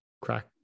crack